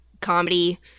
comedy